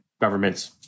governments